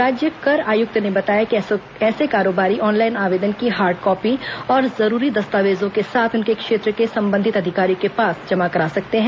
राज्य कर आयुक्त ने बताया कि ऐसे कारोबारी ऑनलाइन आवेदन की हार्ड कॉपी और जरूरी दस्तावेजों के साथ उनके क्षेत्र के संबंधित अधिकारी के पास जमा करा सकते हैं